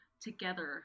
together